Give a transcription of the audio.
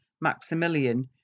Maximilian